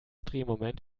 drehmoment